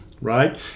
right